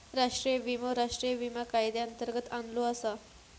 राष्ट्रीय विमो राष्ट्रीय विमा कायद्यांतर्गत आणलो आसा